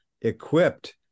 equipped